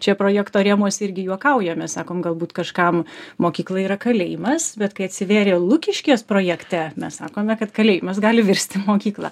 čia projekto rėmuose irgi juokaujame sakom galbūt kažkam mokykla yra kalėjimas bet kai atsivėrė lukiškės projekte mes sakome kad kalėjimas gali virsti mokykla